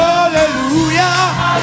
Hallelujah